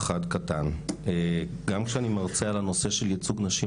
גם כשאני מרצה על הנושא של ייצוג נשים